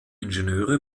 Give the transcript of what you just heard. ingenieure